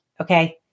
Okay